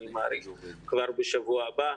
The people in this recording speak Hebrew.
אני מעריך שכבר בשבוע הבא,